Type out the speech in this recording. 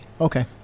Okay